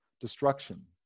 destruction